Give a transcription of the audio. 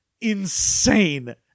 insane